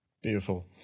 beautiful